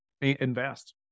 invest